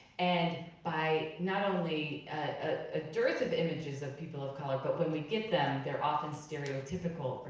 and by not only, a dearth of images of people of color, but when we get them, they're often stereotypical,